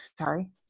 sorry